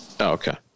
okay